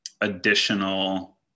additional